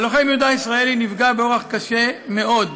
הלוחם יהודה הישראלי נפגע באורח קשה מאוד,